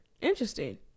Interesting